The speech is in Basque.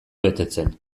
betetzen